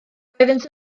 roeddynt